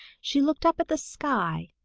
she looked up at the sky,